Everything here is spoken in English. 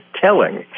telling